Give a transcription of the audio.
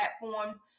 platforms